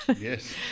Yes